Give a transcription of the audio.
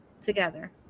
together